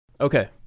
Okay